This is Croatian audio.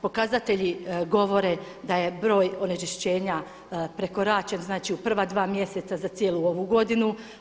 Pokazatelji govore da je broj onečišćenja prekoračen, znači u prva dva mjeseca za cijelu ovu godinu.